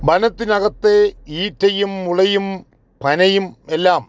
വനത്തിനകത്തെ ഈറ്റയും മുളയും പനയും എല്ലാം